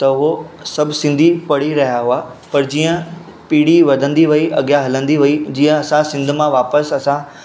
त उहो सभु सिंधी पढ़ी रहिया हुआ पर जीअं पीढ़ी वधंदी वेई अॻियां हलंदी वेई जीअं असां सिंध मां वापसि असां